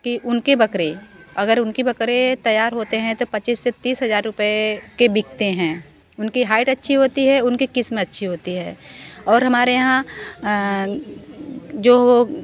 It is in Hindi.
कि उनके बकरे अगर उनके बकरे तैयार होते हैं तो पच्चीस से तीस हज़ार रुपए के बिकते हैं उनकी हाइट अच्छी होती है उनकी किस्म अच्छी होती है और हमारे यहाँ जो